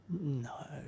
No